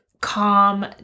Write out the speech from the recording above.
calm